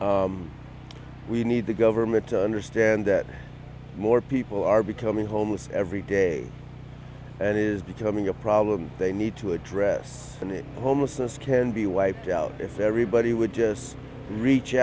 we need the government to understand that more people are becoming homeless every day and it is becoming a problem they need to address homelessness can be wiped out if everybody would just reach